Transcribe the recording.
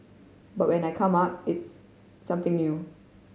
but when I come up it's something new